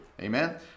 Amen